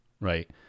right